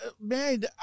man